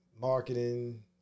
marketing